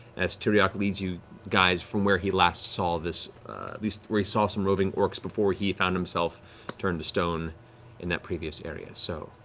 as tyriok leads you guys from where he last saw at least where he saw some roving orcs before he found himself turned to stone in that previous area. so